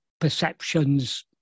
perceptions